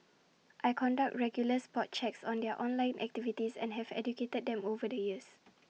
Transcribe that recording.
I conduct regular spot checks on their online activities and have educated them over the years